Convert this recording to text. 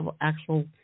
actual